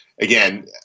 again